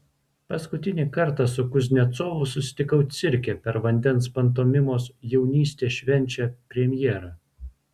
paskutinį kartą su kuznecovu susitikau cirke per vandens pantomimos jaunystė švenčia premjerą